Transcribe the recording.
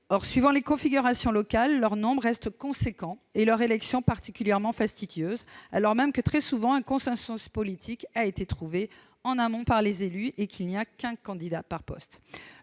selon les configurations locales, leur nombre est important et leur élection particulièrement fastidieuse, alors même que très souvent un consensus politique a été trouvé en amont par les élus et qu'il n'y a qu'un candidat par poste.